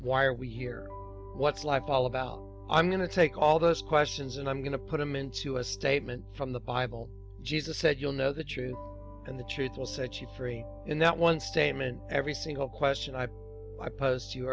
why are we here what's life all about i'm going to take all those questions and i'm going to put them into a statement from the bible jesus said you'll know the truth and the truth will set you free and that one statement every single question i posed to you